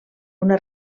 una